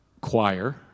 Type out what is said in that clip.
Choir